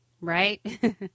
right